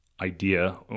idea